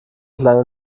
kleine